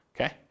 okay